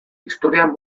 historian